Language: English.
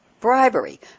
Bribery